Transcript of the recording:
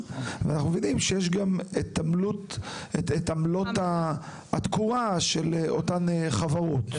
ויש את עמלות התקורה של אותן החברות.